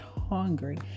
hungry